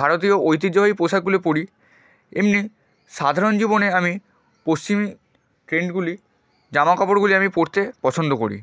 ভারতীয় ঐতিহ্যবাহী পোশাকগুলো পরি এমনি সাধারণ জীবনে আমি পশ্চিমি ট্রেন্ডগুলি জামা কাপড়গুলি আমি পরতে পছন্দ করি